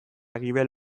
gibel